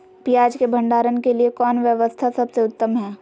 पियाज़ के भंडारण के लिए कौन व्यवस्था सबसे उत्तम है?